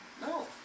No